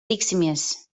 tiksimies